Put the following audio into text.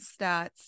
stats